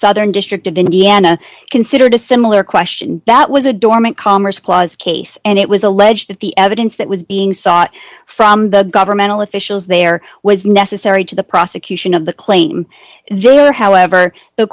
southern district of indiana considered a similar question that was a dormant commerce clause case and it was alleged that the evidence that was being sought from the governmental officials there was necessary to the prosecution of the claim there however the